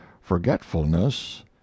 forgetfulness